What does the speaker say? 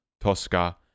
Tosca